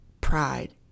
pride